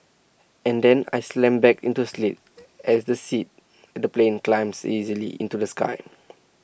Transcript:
and then I slammed back into sleep as the seat in the plane climbs easily into the sky